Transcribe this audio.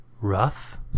Rough